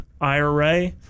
IRA